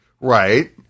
right